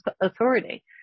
authority